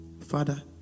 Father